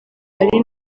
ari